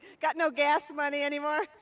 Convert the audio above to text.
got no gas money anymore?